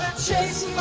chase